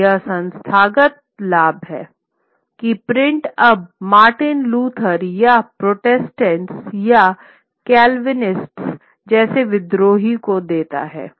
और यह संस्थागत लाभ है कि प्रिंट अब मार्टिन लूथर या प्रोटेस्टेंट्स या केल्विनिस्ट जैसे विद्रोही को देता है